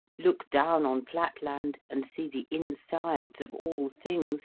look down on flatland and see the insides of all things,